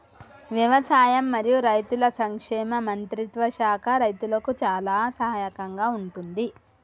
వ్యవసాయం మరియు రైతుల సంక్షేమ మంత్రిత్వ శాఖ రైతులకు చాలా సహాయం గా ఉంటుంది